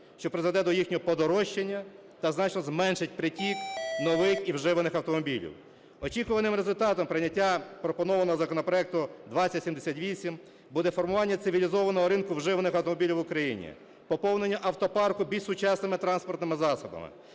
що призведе до їхнього подорожчання та значно зменшить притік нових і вживаних автомобілів. Очікуваним результатом прийняття пропонованого законопроекту 2078 буде формування цивілізованого ринку вживаних автомобілів в Україні, поповнення автопарку більш сучасними транспортними засобами,